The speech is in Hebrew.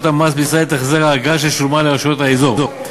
המס בישראל את החזר האגרה ששולמה לרשויות האזור.